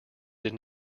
did